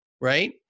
right